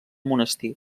monestir